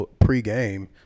pre-game